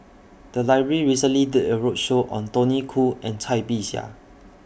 The Library recently did A roadshow on Tony Khoo and Cai Bixia